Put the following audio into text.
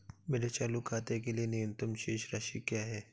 मेरे चालू खाते के लिए न्यूनतम शेष राशि क्या है?